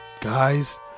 Guys